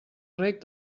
reg